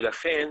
לכן,